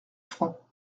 francs